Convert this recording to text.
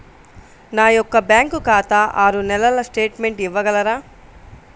నా యొక్క బ్యాంకు ఖాతా ఆరు నెలల స్టేట్మెంట్ ఇవ్వగలరా?